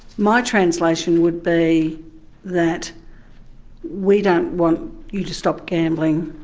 my translation would be that we don't want you to stop gambling,